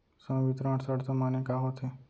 संवितरण शर्त माने का होथे?